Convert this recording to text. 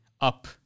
up